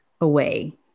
away